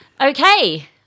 Okay